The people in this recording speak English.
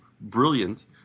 brilliant